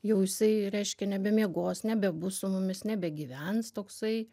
jau jisai reiškia nebemiegos nebebus su mumis nebegyvens toksai